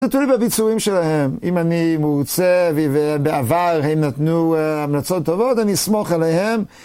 זה תלוי בביצועים שלהם, אם אני מרוצה ובעבר הם נתנו המלצות טובות, אני אסמוך עליהם.